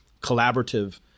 Collaborative